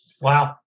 Wow